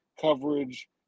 coverage